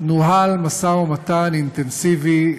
נוהל משא-ומתן אינטנסיבי,